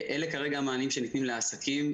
כמה עסקים,